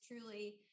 truly